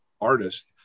artist